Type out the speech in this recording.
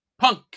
Punk